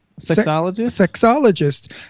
Sexologist